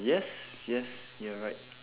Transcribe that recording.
yes yes you are right